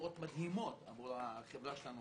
תשואות מדהימות עבור החברה שלנו,